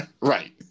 right